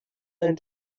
ein